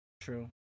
True